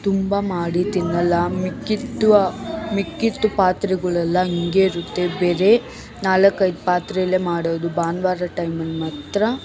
ತುಂಬ ಮಾಡಿ ತಿನ್ನೊಲ್ಲ ಮಿಕ್ಕಿತ್ತು ಮಿಕ್ಕಿತ್ತು ಪಾತ್ರೆಗಳೆಲ್ಲ ಹಂಗೆ ಇರುತ್ತೆ ಬೇರೆ ನಾಲ್ಕೈದು ಪಾತ್ರೆಲೇ ಮಾಡೋದು ಭಾನ್ವಾರ ಟೈಮಲ್ಲಿ ಮಾತ್ರ